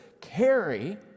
carry